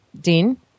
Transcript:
Dean